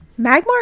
Magmar